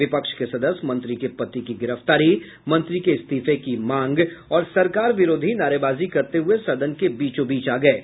विपक्ष के सदस्य मंत्री के पति की गिरफ्तारी मंत्री के इस्तीफे की मांग और सरकार विरोधी नारेबाजी करते हुए सदन के बीचोंबीच आ गये